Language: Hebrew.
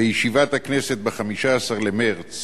בישיבת הכנסת ב-15 במרס